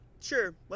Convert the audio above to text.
Sure